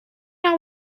are